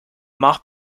mort